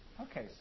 Okay